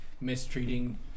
mistreating